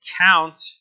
count